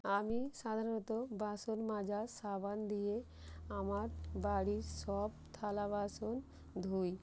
আমি সাধারণত বাসন মাজার সাবান দিয়ে আমার বাড়ির সব থালা বাসন ধুই